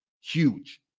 Huge